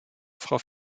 frau